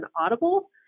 Audible